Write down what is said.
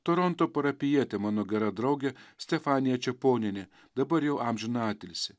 toronto parapijietė mano gera draugė stefanija čeponienė dabar jau amžiną atilsį